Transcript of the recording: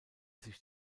sich